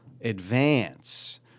advance